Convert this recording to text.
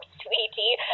sweetie